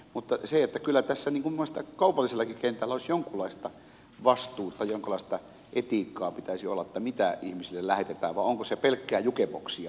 mutta kyllä tässä minun mielestäni kaupallisellakin kentällä jonkunlaista vastuuta jonkunlaista etiikkaa pitäisi olla sen suhteen mitä ihmisille lähetetään vai onko se pelkkää jukeboxia jota sieltä tulee